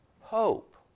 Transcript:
hope